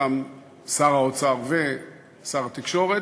שם שר האוצר ושר התקשורת,